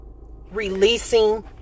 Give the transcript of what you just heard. releasing